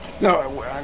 No